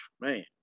man